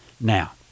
Now